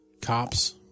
cops